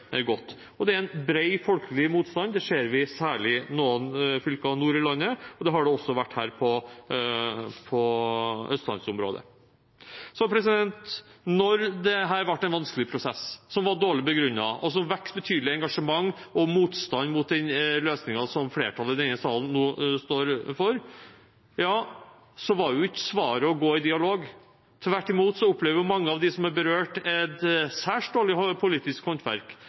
godt. Det er en bred folkelig motstand. Det ser vi særlig i noen fylker nord i landet, og det har det også vært her i Østlands-området. Når dette ble en vanskelig prosess, som var dårlig begrunnet og vekket betydelig engasjement og motstand mot den løsningen som flertallet i denne salen nå står for, var ikke svaret å gå i dialog. Tvert imot opplevde mange av dem som er berørt, et særs dårlig politisk håndverk